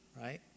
Right